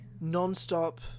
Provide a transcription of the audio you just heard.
Non-stop